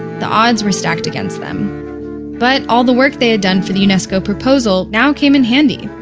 the odds were stacked against them but all the work they had done for the unesco proposal now came in handy.